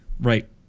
Right